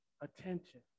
attention